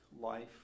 life